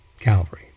Calvary